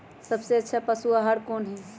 सबसे अच्छा पशु आहार कोन हई?